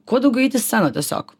kuo daugiau eit į sceną tiesiog